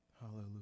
Hallelujah